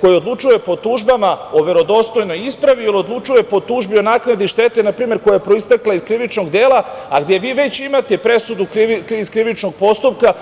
koji odlučuje po tužbama o verodostojnoj ispravi ili odlučuje po tužbi o naknadi štete, npr. koja je proistekla iz krivičnog dela, a gde vi već imate presudu iz krivičnog postupka,